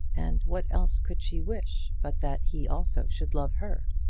and what else could she wish but that he also should love her?